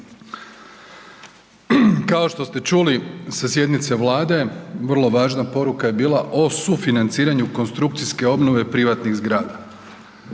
Kao što se čuli sa sjednice Vlade, vrlo važna poruka je bila o sufinanciranju konstrukcijske obnove privatnih zgrada.